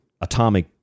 atomic